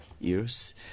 years